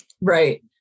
Right